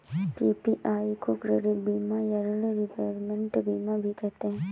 PPI को credit बीमा या ॠण रिपेयरमेंट बीमा भी कहते हैं